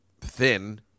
thin